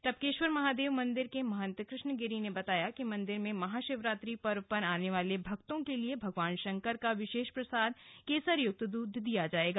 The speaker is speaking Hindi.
टपकेश्वर महादेव मंदिर के महंत कृष्ण गिरि ने बताया कि मंदिर में महा शिवरात्रि पर्व पर आने वाले भक्तों के लिए भगवान शंकर का विशेष प्रसाद केसरयुक्त दूध दिया जाएगा